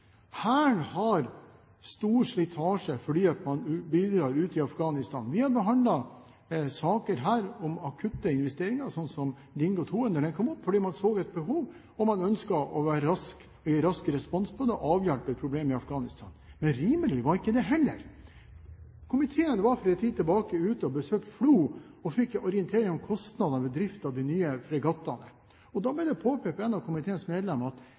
Hæren har stor slitasje fordi man bidrar ute i Afghanistan. Vi har behandlet saker her om akutte investeringer, sånn som Dingo 2, da den kom opp, for man så et behov, og man ønsket å gi rask respons på det og avhjelpe problemer i Afghanistan. Men rimelig var ikke det heller. Komiteen var for en tid tilbake ute og besøkte FLO og fikk orientering om kostnadene ved driften av de nye fregattene. Da ble det påpekt av et av komiteens medlemmer at